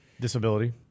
Disability